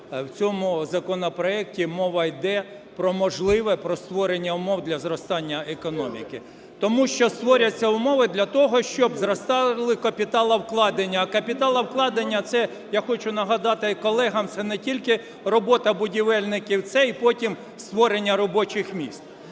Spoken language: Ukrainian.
в цьому законопроекті мова йде про можливе створення умов для зростання економіки. Тому що створяться умови для того, щоб зростали капіталовкладення, а капіталовкладення – це, я хочу нагадати і колегам, це не тільки робота будівельників, це і потім створення робочих місць.